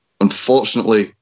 Unfortunately